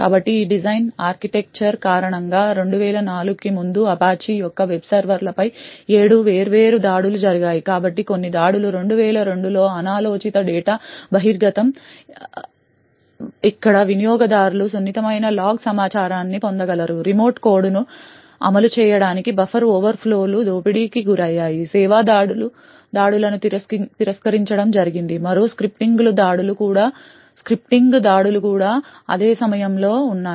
కాబట్టి ఈ design architecture కారణంగా 2004 కి ముందు అపాచీ యొక్క వెబ్ సర్వర్లపై ఏడు వేర్వేరు దాడులు జరిగాయి కాబట్టి కొన్ని దాడులు 2002 లో అనాలోచిత డేటా బహిర్గతం ఇక్కడ వినియోగదారులు సున్నితమైన లాగ్ సమాచారాన్ని పొందగలరు రిమోట్ కోడ్ను అమలు చేయడానికి బఫర్ ఓవర్ఫ్లోలు దోపిడీకి గురయ్యాయి సేవా దాడులను తిరస్కరించడం జరిగింది మరో స్క్రిప్టింగ్ దాడులు కూడా అదే సమయంలో ఉన్నాయి